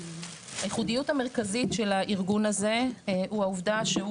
הייחודיות המרכזית של הארגון הזה היא העובדה שהוא